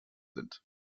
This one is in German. sind